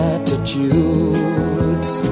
Attitudes